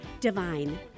divine